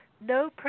no